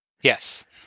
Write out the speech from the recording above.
Yes